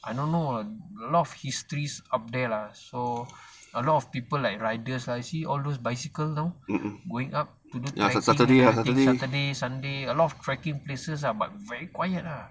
I don't know a lot of histories out there lah so a lot of people like rider like all those I see bicycle know going up to do cycling saturday sunday a lot cycling places ah but very quiet lah